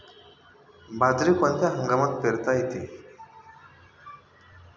बाजरी कोणत्या हंगामात पेरता येते?